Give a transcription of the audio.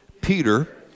Peter